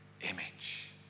image